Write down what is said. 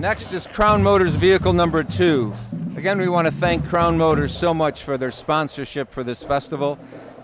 next just trying motors vehicle number two again we want to thank crown motors so much for their sponsorship for this festival